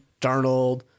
Darnold